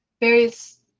various